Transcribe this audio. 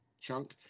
chunk